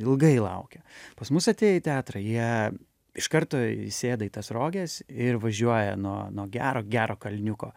ilgai laukia pas mus atėję į teatrą jie iš karto sėda į tas roges ir važiuoja nuo nuo gero gero kalniuko